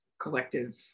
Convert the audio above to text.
collective